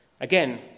Again